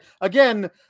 again